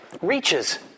reaches